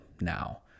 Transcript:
now